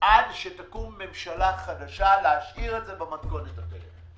עד שתקום ממשלה חדשה, להשאיר את זה במתכונת הזאת.